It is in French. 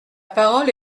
parole